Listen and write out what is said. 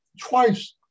Twice